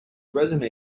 resume